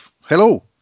Hello